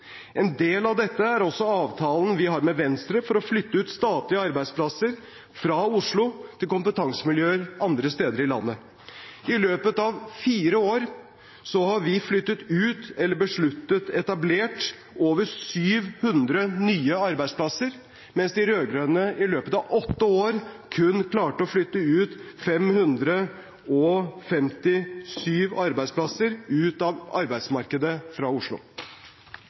En del av dette er også avtalen vi har med Venstre for å flytte ut statlige arbeidsplasser fra Oslo til kompetansemiljøer andre steder i landet. I løpet av fire år har vi flyttet ut eller besluttet etablert over 700 nye arbeidsplasser, mens de rød-grønne i løpet av åtte år kun klarte å flytte 557 arbeidsplasser ut av arbeidsmarkedet fra Oslo.